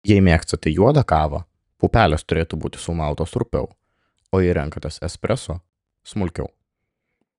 jei mėgstate juodą kavą pupelės turėtų būti sumaltos rupiau o jei renkatės espreso smulkiau